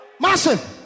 Massive